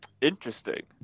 Interesting